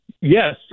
Yes